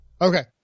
Okay